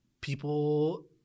people –